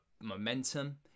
momentum